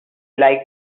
like